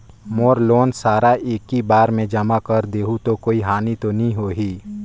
मोर loan सारा एकी बार मे जमा कर देहु तो कोई हानि तो नी होही?